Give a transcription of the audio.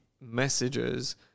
messages